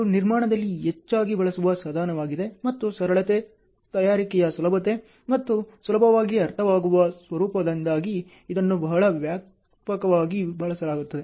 ಇದು ನಿರ್ಮಾಣದಲ್ಲಿ ಹೆಚ್ಚಾಗಿ ಬಳಸುವ ಸಾಧನವಾಗಿದೆ ಮತ್ತು ಸರಳತೆ ತಯಾರಿಕೆಯ ಸುಲಭತೆ ಮತ್ತು ಸುಲಭವಾಗಿ ಅರ್ಥವಾಗುವ ಸ್ವರೂಪದಿಂದಾಗಿ ಇದನ್ನು ಬಹಳ ವ್ಯಾಪಕವಾಗಿ ಬಳಸಲಾಗುತ್ತದೆ